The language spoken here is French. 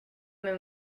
même